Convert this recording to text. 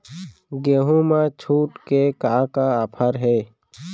गेहूँ मा छूट के का का ऑफ़र हे?